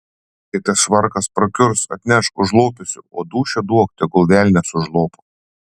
kai tas švarkas prakiurs atnešk užlopysiu o dūšią duok tegul velnias užlopo